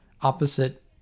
opposite